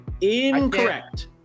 Incorrect